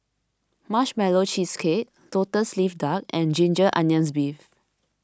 Marshmallow Cheesecake Lotus Leaf Duck and Ginger Onions Beef